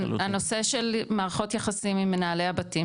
הנושא של מערכות יחסים עם מנהלי הבתים,